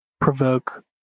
provoke